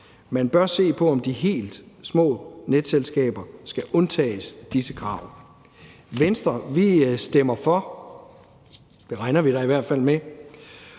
Man bør se på, om de helt små netselskaber skal undtages fra disse krav. Venstre stemmer for forslaget, regner vi da i hvert fald med,